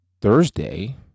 Thursday